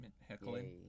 heckling